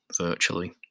virtually